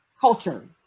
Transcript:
culture